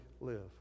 live